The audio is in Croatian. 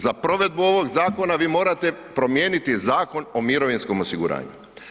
Za provedbu ovog zakona vi morate promijeniti Zakon o mirovinskom osiguranju.